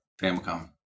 Famicom